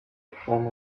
perform